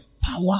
power